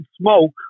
smoke